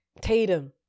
Tatum